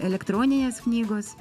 elektroninės knygos